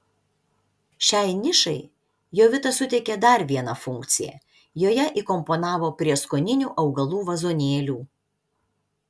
šiai nišai jovita suteikė dar vieną funkciją joje įkomponavo prieskoninių augalų vazonėlių